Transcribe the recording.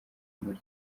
muri